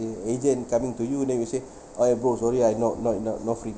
an agent coming to you then you say !aiyo! bro sorry I've no no no no free